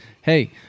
hey